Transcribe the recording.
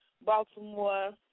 Baltimore